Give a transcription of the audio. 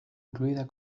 incluida